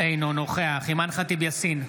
אינו נוכח אימאן ח'טיב יאסין,